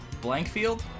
Blankfield